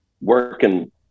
working